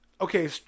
okay